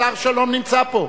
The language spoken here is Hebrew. השר שלום נמצא פה.